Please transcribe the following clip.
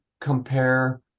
compare